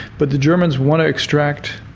but the germans want to extract,